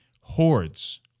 hordes